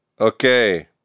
Okay